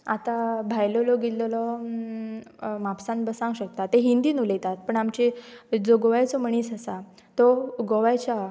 आतां भायलो लोक आयल्लेलो म्हापसान बसूंक शकता ते हिंदीन उलयतात पूण आमची जो गोव्याचो मनीस आसा तो गोव्याच्या